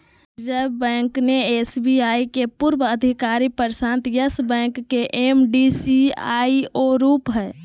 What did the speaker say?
reserve bank ने SBI के पूर्व अधिकारी प्रशांत यस बैंक के एम.डी, सी.ई.ओ रूप हइ